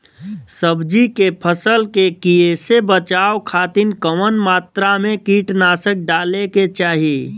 सब्जी के फसल के कियेसे बचाव खातिन कवन मात्रा में कीटनाशक डाले के चाही?